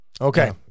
Okay